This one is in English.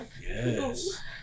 yes